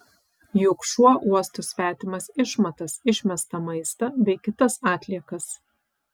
juk šuo uosto svetimas išmatas išmestą maistą bei kitas atliekas